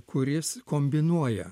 kuris kombinuoja